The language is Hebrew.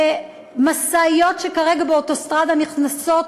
ומשאיות שכרגע באוטוסטרדה נכנסות,